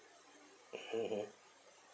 mmhmm